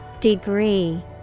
Degree